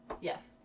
Yes